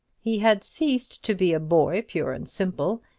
he had ceased to be a boy pure and simple,